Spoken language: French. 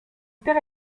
père